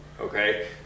Okay